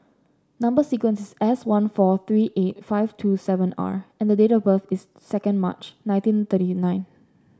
number sequence is S one four three eight five two seven R and date of birth is second March nineteen thirty nine